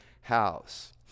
house